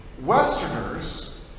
Westerners